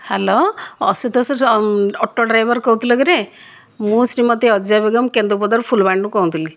hello Ashutosh auto driver କହୁଥିଲ କିରେ ମୁଁ ଶ୍ରୀମତୀ ଅଜୟ ବେଗମ କେନ୍ଦୁପଦାରୁ ଫୁଲବାଣୀରୁ କହୁଥିଲି